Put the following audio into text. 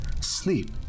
Sleep